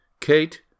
Kate